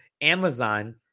Amazon